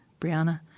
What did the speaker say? Brianna